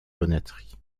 bonneterie